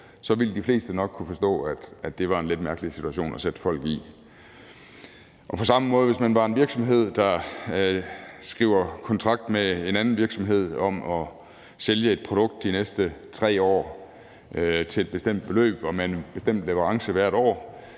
så ville de fleste nok kunne forstå, at det var en lidt mærkelig situation at sætte folk i. Og på samme måde ville det være, hvis man var en virksomhed, der skrev kontrakt med en anden virksomhed om at sælge et produkt de næste 3 år til et bestemt beløb og med en bestemt leverance hvert år